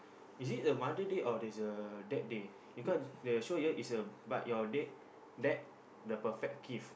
is it the Mother Day or there's a Dad Day because they show here is but your dad the perfect gift